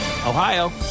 Ohio